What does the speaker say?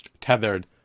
tethered